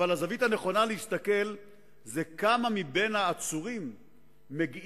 אבל הזווית הנכונה להסתכל על הדברים היא כמה מהעצורים מגיעים